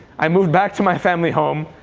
i moved back to my family home,